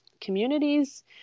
communities